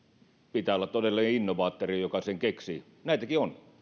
pitää olla todellinen innovaattori joka sen keksii näitäkin on